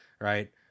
right